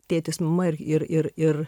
tėtis mama ir ir ir